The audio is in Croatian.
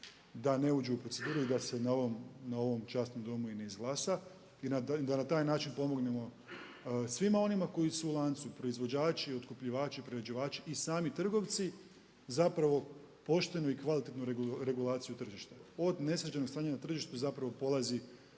da ne uđe u proceduru i da se na ovom časnom Domu i ne izglasa i da na taj način pomognemo svima onima koji su u lancu, proizvođači, otkupljivači, prerađivači i sami trgovci zapravo poštenu i kvalitetnu regulaciju tržišta, od nesređenog stanja na tržištu zapravo polazi